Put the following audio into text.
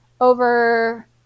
over